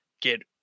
get